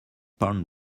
pound